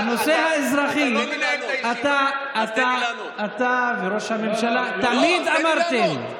בנושא האזרחי אתה וראש הממשלה תמיד אמרתם,